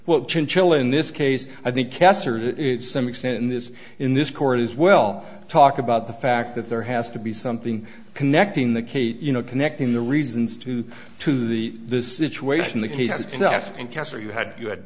well chinchilla in this case i think caster to some extent in this in this court as well talk about the fact that there has to be something connecting the case you know connecting the reasons to to the the situation that he had asked and cast or you had you had